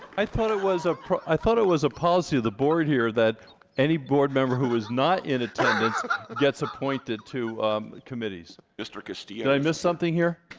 i thought it was a pro i thought it was a policy of the board here that any board member who was not in attendance gets appointed to committees mr. castillo did i miss something here